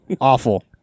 Awful